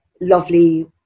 lovely